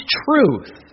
truth